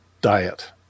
diet